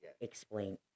explain